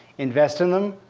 invest in them,